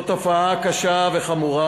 זאת תופעה קשה וחמורה,